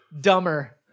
dumber